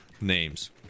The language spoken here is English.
names